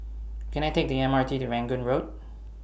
Can I Take The M R T to Rangoon Road